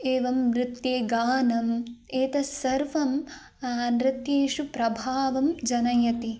एवं नृत्ये गानम् एतस्सर्वं नृत्येषु प्रभावं जनयति